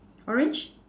orange